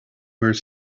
were